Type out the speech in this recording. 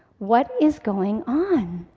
what is going on?